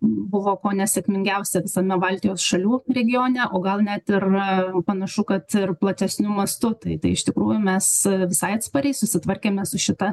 buvo kone sėkmingiausia visame baltijos šalių regione o gal net ir panašu kad ir platesniu mastu tai tai iš tikrųjų mes visai atspariai susitvarkėme su šita